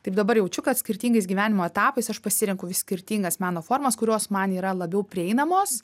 taip dabar jaučiu kad skirtingais gyvenimo etapais aš pasirenku vis skirtingas meno formas kurios man yra labiau prieinamos